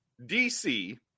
DC